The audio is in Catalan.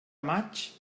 maig